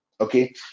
okay